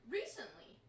recently